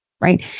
right